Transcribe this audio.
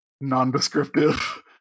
non-descriptive